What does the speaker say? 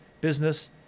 business